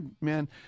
man